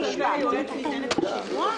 הטענה הזאת בפני היועץ ניתנת בשימוע?